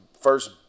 first